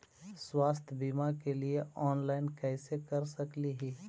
स्वास्थ्य बीमा के लिए ऑनलाइन कैसे कर सकली ही?